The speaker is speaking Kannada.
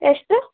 ಎಷ್ಟು